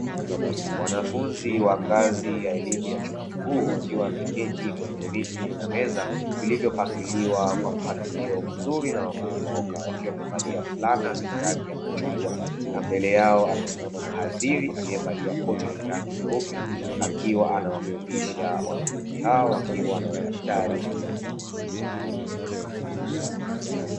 Wanafunzi wa ngazi ya elimu ya chuo kikuu, wakiwa wameketi kwenye viti na meza vilivyopangiliwa kwa mpangilio mzuri na wa kunyooka, wakiwa wamevalia fulana zenye rangi ya machungwa na mbele yao amesimama mhadhiri aliyevalia koti lenye rangi nyeupe, akiwa anawafundisha wanafunzi hao wakiwa na madaftari mezani mwao.